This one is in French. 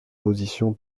position